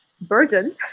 burden